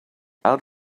out